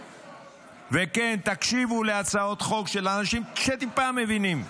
וכן, תקשיבו להצעות חוק של אנשים שטיפה מבינים.